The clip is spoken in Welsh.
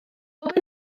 bob